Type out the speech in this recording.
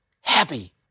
happy